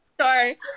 Sorry